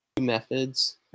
methods